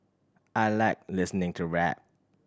I like listening to rap